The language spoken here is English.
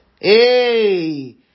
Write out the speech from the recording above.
Hey